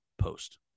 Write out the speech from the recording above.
post